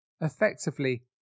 Effectively